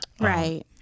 right